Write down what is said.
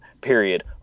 period